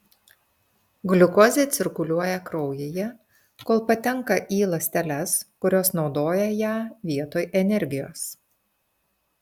gliukozė cirkuliuoja kraujyje kol patenka į ląsteles kurios naudoja ją vietoj energijos